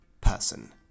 person